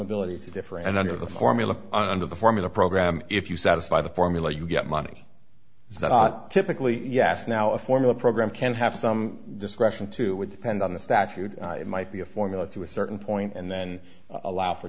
ability to differ and under the formula under the formula program if you satisfy the formula you get money it's not typically yes now a form of the program can have some discretion to would depend on the statute it might be a formula to a certain point and then allow for